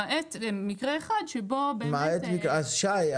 למעט מקרה אחד שבו באמת --- אז שי,